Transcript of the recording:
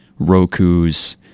Rokus